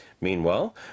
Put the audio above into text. Meanwhile